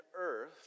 earth